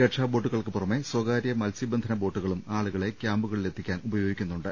രക്ഷാബോട്ടുകൾക്ക് പുറമെ സ്വകാര്യ മത്സ്യബന്ധന ബോട്ടുകളും ആളുകളെ ക്യാമ്പുകളി ലെത്തിക്കാൻ ഉപയോഗിക്കുന്നുണ്ട്